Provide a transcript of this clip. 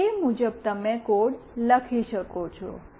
તે મુજબ તમે કોડ લખી શકો છો